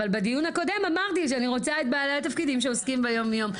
אבל בדיון הקודם אמרתי שאני רוצה את בעלי התפקידים שמתעסקים ביומיום.